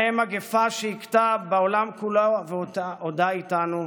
ובהם מגפה שהכתה בעולם כולו ועודה איתנו,